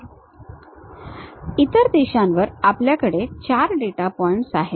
त्याचप्रमाणे इतर दिशांवर आपल्याकडे 4 डेटा पॉइंट आहेत